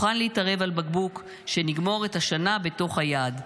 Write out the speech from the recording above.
מוכן להתערב על בקבוק שנגמור את השנה בתוך היעד"?